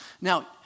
Now